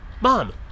Mom